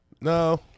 No